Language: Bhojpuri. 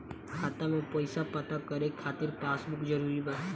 खाता में पईसा पता करे के खातिर पासबुक जरूरी बा?